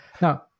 now